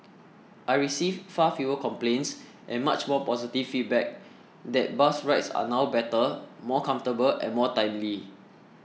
I receive far fewer complaints and much more positive feedback that bus rides are now better more comfortable and more timely